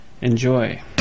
Enjoy